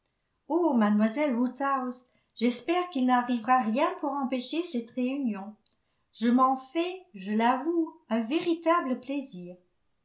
oh mademoiselle woodhouse j'espère qu'il n'arrivera rien pour empêcher cette réunion je m'en fais je l'avoue un véritable plaisir